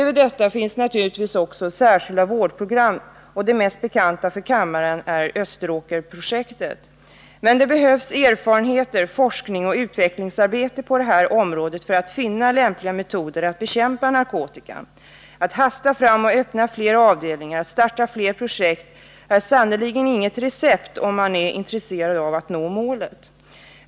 Dessutom finns det särskilda vårdprogram. Det mest bekanta för kammaren är Österåkersprojektet. Det behövs erfarenheter, forskning och utvecklingsarbete på det här området, så att man kan finna lämpliga metoder för att bekämpa narkotikamissbruket. Att hasta fram och öppna fler avdelningar och starta fler projekt är sannerligen inget recept, om man är intresserad av att nå målet.